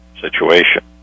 situation